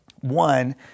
One